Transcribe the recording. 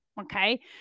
Okay